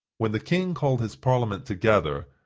when the king called his parliament together,